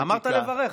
אמרת לברך,